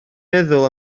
meddwl